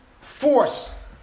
force